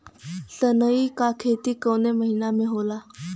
सनई का खेती कवने महीना में होला?